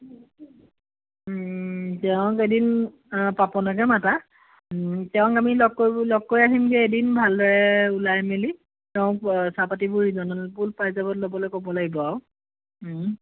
তেওঁক এদিন আ পাপনকে মাতা তেওঁক আমি লগ কৰিবলৈ লগ কৰি আহিমগৈ এদিন ভালদৰে ওলাই মেলি তেওঁক পাতি ৰিজনেবল প্ৰাইচত ল'বলৈ ক'ব লাগিব